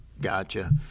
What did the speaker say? Gotcha